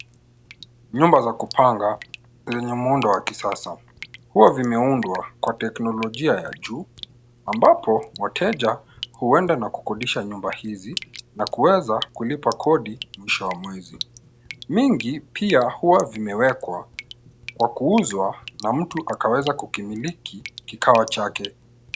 Nyumba za kupanga zenye muundo wa kisasa. Huwa vimeundwa kwa teknolojia ya juu ambapo, wateja huenda na kukodisha nyumba hizizi na kuweza kulipa kodi mwisho wa mwezi. Mingi pia huwa vimewekwa kwa kuuzwa na mtu akaweza kukimiliki kikawa chake.